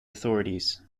authorities